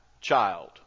child